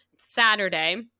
saturday